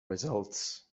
results